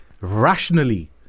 rationally